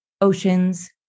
Oceans